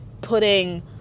putting